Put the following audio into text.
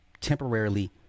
temporarily